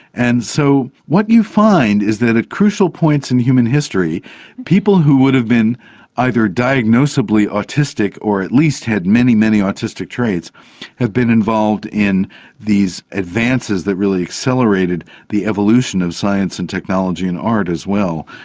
and so what you find is that at crucial points in human history people who would have been either diagnosably autistic or at least had many, many autistic traits have been involved in these advances that really accelerated the evolution of science and technology and art as well.